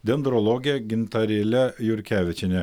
dendrologe gintarėle jurkevičiene